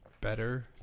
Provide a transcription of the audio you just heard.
better